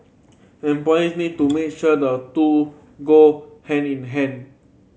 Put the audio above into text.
employers need to make sure the two go hand in hand